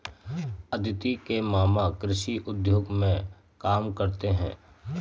अदिति के मामा कृषि उद्योग में काम करते हैं